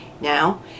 now